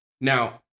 now